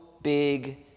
Big